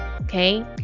okay